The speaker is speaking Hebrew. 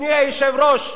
אדוני היושב-ראש,